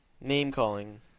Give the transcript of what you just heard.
name-calling